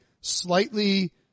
slightly